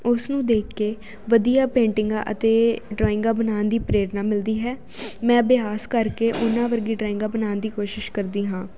ਉਸਨੂੰ ਦੇਖ ਕੇ ਵਧੀਆ ਪੇਂਟਿੰਗਾਂ ਅਤੇ ਡਰਾਇੰਗਾਂ ਬਣਾਉਣ ਦੀ ਪ੍ਰੇਰਨਾ ਮਿਲਦੀ ਹੈ ਮੈਂ ਅਭਿਆਸ ਕਰਕੇ ਉਹਨਾਂ ਵਰਗੀ ਡਰਾਇੰਗਾਂ ਬਣਾਉਣ ਦੀ ਕੋਸ਼ਿਸ਼ ਕਰਦੀ ਹਾਂ